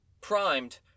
primed